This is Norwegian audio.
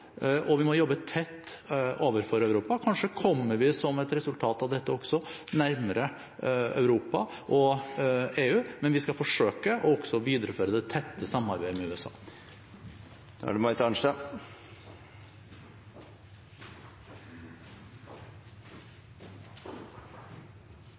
Og vi må jobbe tett overfor Europa. Kanskje kommer vi som et resultat av dette også nærmere Europa og EU, men vi skal forsøke også å videreføre det tette samarbeidet med USA.